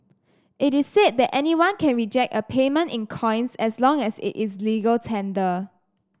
it is said that anyone can reject a payment in coins as long as it is legal tender